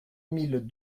mille